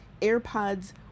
AirPods